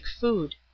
food